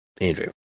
Andrew